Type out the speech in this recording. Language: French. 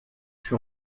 suis